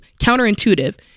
counterintuitive